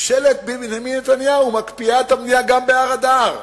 ממשלת בנימין נתניהו מקפיאה את הבנייה גם בהר-אדר.